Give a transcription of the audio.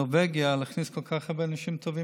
להכניס אנשים חדשים